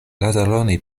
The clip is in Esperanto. lazaroni